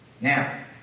Now